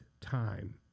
time